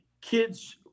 kids